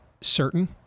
certain